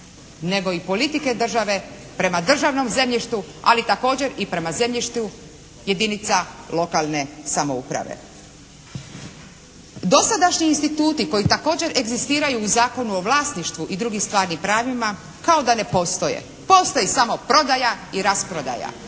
nego i politike države prema državnom zemljištu ali također i prema zemljištu jedinica lokalne samouprave. Dosadašnji instituti koji također egzistiraju u Zakonu o vlasništvu i drugim stvarnim pravima kao da ne postoje. Postoji samo prodaja i rasprodaja.